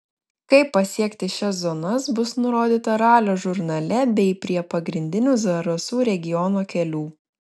kaip pasiekti šias zonas bus nurodyta ralio žurnale bei prie pagrindinių zarasų regiono kelių